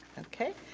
okay,